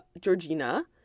Georgina